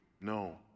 No